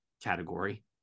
category